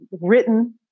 written